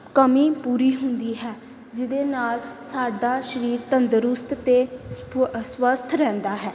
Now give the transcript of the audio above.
ਕਮੀ ਪੂਰੀ ਹੁੰਦੀ ਹੈ ਜਿਹਦੇ ਨਾਲ ਸਾਡਾ ਸਰੀਰ ਤੰਦਰੁਸਤ ਅਤੇ ਸਵ ਸਵੱਸਥ ਰਹਿੰਦਾ ਹੈ